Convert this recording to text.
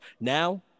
Now